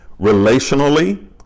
relationally